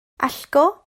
allgo